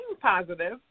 positive